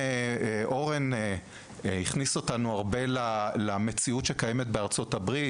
אורן הכניס אותנו למציאות שקיימת בארצות הברית,